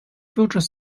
future